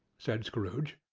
said scrooge.